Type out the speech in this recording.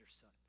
son